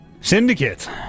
Syndicate